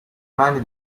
mani